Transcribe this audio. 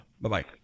Bye-bye